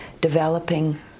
developing